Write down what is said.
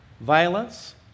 violence